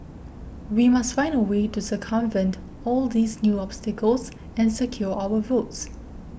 we must find a way to circumvent all these new obstacles and secure our votes